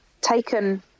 taken